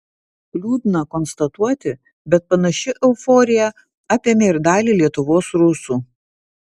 liūdna konstatuoti bet panaši euforija apėmė ir dalį lietuvos rusų